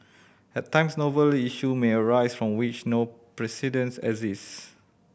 at times novel issue may arise from which no precedents exist